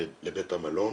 נניח מסדרים תור למשהו,